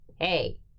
hey